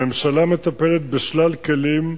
הממשלה מטפלת בשלל כלים,